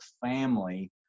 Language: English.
family